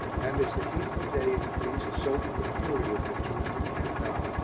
and as the heat of the day increased so did the fury of that terrific cannonade.